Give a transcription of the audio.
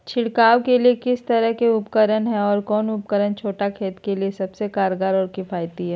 छिड़काव के लिए कितना तरह के उपकरण है और कौन उपकरण छोटा खेत के लिए सबसे कारगर और किफायती है?